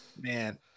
Man